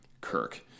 Kirk